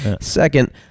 Second